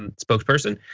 and spokesperson.